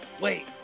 wait